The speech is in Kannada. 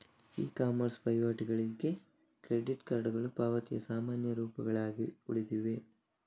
ಇ ಕಾಮರ್ಸ್ ವಹಿವಾಟುಗಳಿಗೆ ಕ್ರೆಡಿಟ್ ಕಾರ್ಡುಗಳು ಪಾವತಿಯ ಸಾಮಾನ್ಯ ರೂಪಗಳಾಗಿ ಉಳಿದಿವೆ